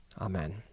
Amen